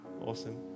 Awesome